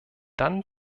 dann